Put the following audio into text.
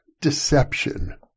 Deception